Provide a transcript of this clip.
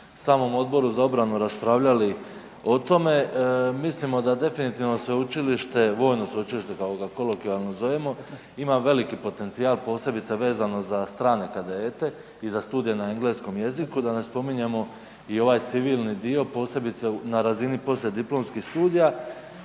samom Odboru za obranu raspravljali i tome, mislimo da definitivno Vojno sveučilište kako ga kolokvijalno zovemo ima veliki potencijal posebice vezano za strane kadete i za studij na engleskom jeziku, da ne spominjemo i ovaj civilni dio posebice na razini poslijediplomskih studija.